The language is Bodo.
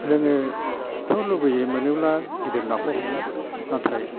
जोङोथ' लुबैयो मोनोब्ला गिदिर नाखौ हमनो नाथाय